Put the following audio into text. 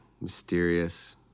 Mysterious